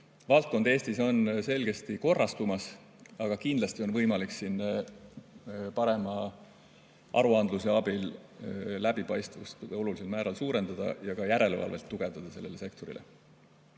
valdkond on Eestis selgesti korrastumas, aga kindlasti on võimalik parema aruandluse abil läbipaistvust olulisel määral suurendada ja ka järelevalvet selle sektori